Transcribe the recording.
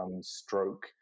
stroke